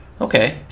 Okay